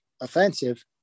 offensive